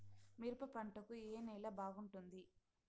మిరప పంట కు ఏ నేల బాగుంటుంది?